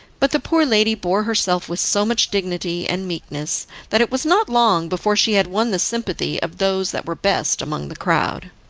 but the poor lady bore herself with so much dignity and meekness that it was not long before she had won the sympathy of those that were best among the crowd.